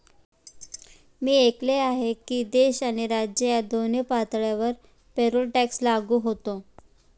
मी असे ऐकले आहे की देश आणि राज्य या दोन्ही पातळ्यांवर पेरोल टॅक्स लागू होतो